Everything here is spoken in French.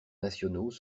nationaux